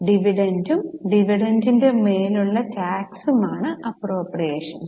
ഡിവിഡന്റും ഡിവിഡണ്ടിന്മേൽ ഉള്ള ടാക്സും ആണ് അപ്പ്രോപ്രിയേഷൻസ്